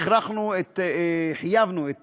חייבנו את